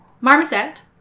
Marmoset